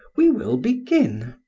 we will begin.